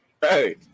hey